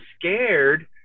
scared